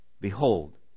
Behold